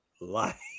life